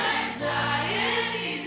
anxiety